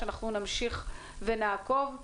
שאנחנו נמשיך ונעקוב.